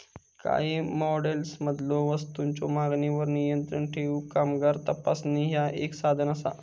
काही मॉडेल्समधलो वस्तूंच्यो मागणीवर नियंत्रण ठेवूक कामगार तपासणी ह्या एक साधन असा